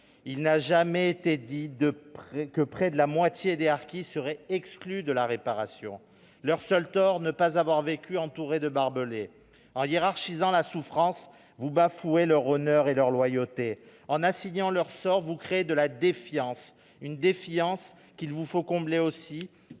n'a jamais dit que près de la moitié des harkis seraient exclus de la réparation. Leur seul tort est de ne pas avoir vécu entourés de barbelés. En hiérarchisant la souffrance, vous bafouez leur honneur et leur loyauté ; en les condamnant à leur sort, vous créez une défiance qu'il vous faudra